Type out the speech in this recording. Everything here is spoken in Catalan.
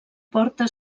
porta